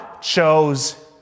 chose